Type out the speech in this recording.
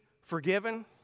forgiven